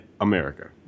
America